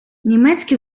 німецькі